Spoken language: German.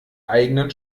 eigenen